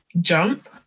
jump